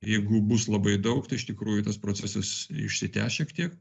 jeigu bus labai daug tai iš tikrųjų tas procesas išsitęs šiek tiek